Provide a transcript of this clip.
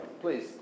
Please